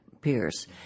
Pierce